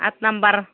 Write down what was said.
आत नाम्बार